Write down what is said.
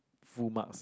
full marks